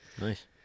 nice